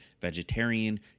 vegetarian